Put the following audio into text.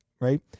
Right